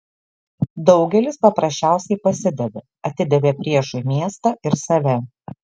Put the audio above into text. daugelis paprasčiausiai pasidavė atidavė priešui miestą ir save